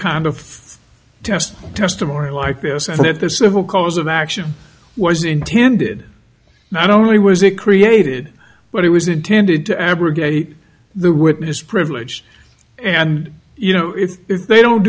kind of test testimony like this and if the civil cause of action was intended not only was it created but it was intended to abrogate the witness privilege and you know if if they don't